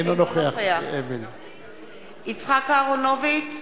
אינו נוכח יצחק אהרונוביץ,